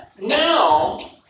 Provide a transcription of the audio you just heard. now